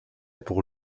pour